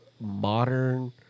modern